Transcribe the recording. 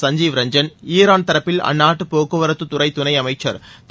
சஞ்சீவ் ரஞ்சன்ஈரான் தரப்பில் அந்நாட்டு போக்குவரத்துத் துறை துணை அமைச்சர் திரு